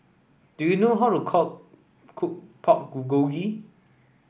do you know how to cook Pork Bulgogi